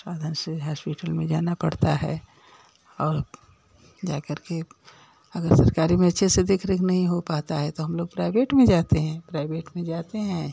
साधन से हास्पिटल में जाना पड़ता है और जाकर के अगर सरकारी में अच्छे से देख रेख नहीं हो पाता है तो हमलोग प्राइवेट में जाते हैं प्राइवेट में जाते हैं